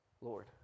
Lord